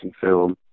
film